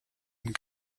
and